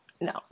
no